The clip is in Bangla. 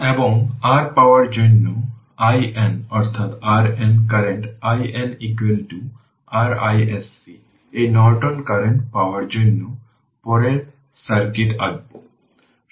এবং r পাওয়ার জন্য IN অর্থাৎ RN current IN r iSC এই নর্টন কারেন্ট পাওয়ার জন্য পরে সার্কিট আঁকবো